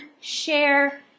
share